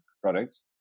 products